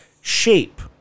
shape